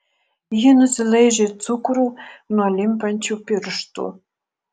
ji nusilaižė cukrų nuo limpančių pirštų